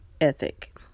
ethic